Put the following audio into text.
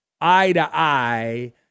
eye-to-eye